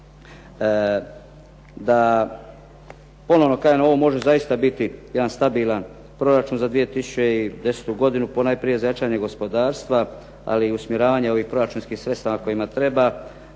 Da ponovno kažem, ovo može zaista biti jedan stabilan proračun za 2010. godinu, ponajprije za jačanje gospodarstva, ali usmjeravanje ovih proračunskih sredstava kojima treba,